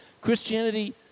Christianity